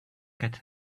get